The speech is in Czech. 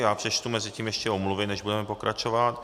Já přečtu mezitím ještě omluvy, než budeme pokračovat.